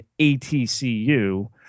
ATCU